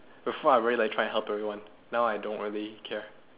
before I really like try and help everyone now I don't really care